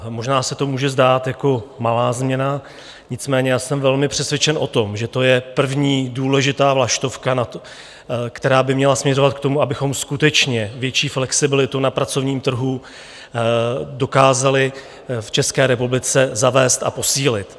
Možná se to může zdát jako malá změna, nicméně já jsem velmi přesvědčen o tom, že to je první důležitá vlaštovka, která by měla směřovat k tomu, abychom skutečně větší flexibilitu na pracovním trhu dokázali v České republice zavést a posílit.